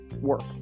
work